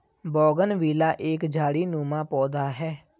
bougainvillea एक झाड़ीनुमा पौधा है